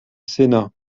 sénat